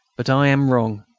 but i am wrong,